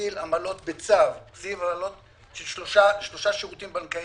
עמלות בצו של שלושה שירותים בנקאיים: